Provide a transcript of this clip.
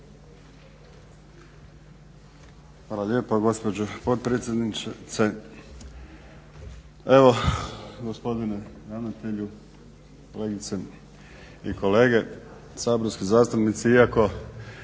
Hvala lijepo gospođo potpredsjednice. Evo, gospodine ravnatelju, kolegice i kolege saborski zastupnici. Iako